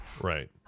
right